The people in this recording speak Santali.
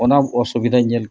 ᱚᱱᱟ ᱚᱥᱵᱤᱫᱟᱧ ᱧᱮᱞ ᱠᱮᱜᱼᱟ